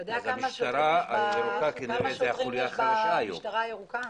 אתה יודע כמה שוטרים יש במשטרה הירוקה?